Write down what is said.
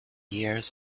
years